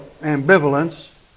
ambivalence